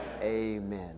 Amen